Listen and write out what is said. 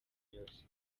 yose